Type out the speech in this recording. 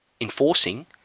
enforcing